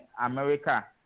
America